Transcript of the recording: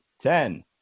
ten